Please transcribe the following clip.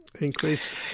increase